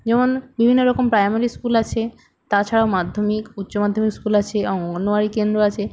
যেমন বিভিন্ন রকম প্রাইমারি স্কুল আছে তাছাড়াও মাধ্যমিক উচ্চ মাধ্যমিক স্কুল আছে অঙ্গনওয়ারি কেন্দ্র আছে